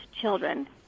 children